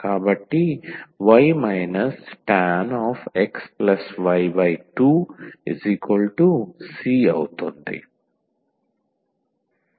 కాబట్టి y tan xy2 c అవుతుంది